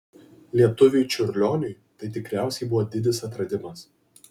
lietuviui čiurlioniui tai tikriausiai buvo didis atradimas